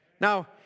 Now